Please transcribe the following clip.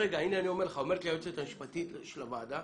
אומרת לי היועצת המשפטית של הוועדה